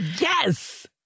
Yes